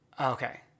Okay